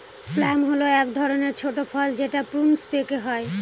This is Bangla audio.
প্লাম হল এক ধরনের ছোট ফল যেটা প্রুনস পেকে হয়